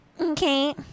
Okay